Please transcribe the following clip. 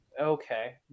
Okay